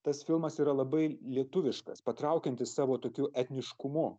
tas filmas yra labai lietuviškas patraukiantis savo tokiu etniškumu